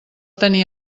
tenir